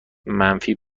منفی